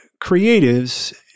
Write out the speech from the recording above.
creatives